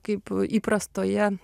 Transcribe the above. kaip įprastoje